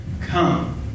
Come